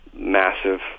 Massive